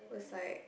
was like